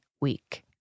week